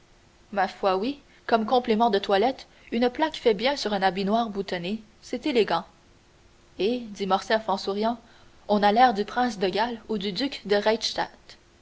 ma foi oui comme complément de toilette une plaque fait bien sur un habit noir boutonné c'est élégant et dit morcerf en souriant on a l'air du prince de galles ou du duc de